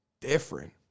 different